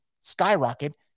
skyrocket